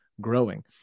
growing